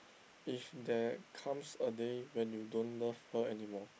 if there comes a day when you don't love her anymore